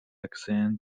acceden